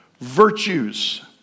virtues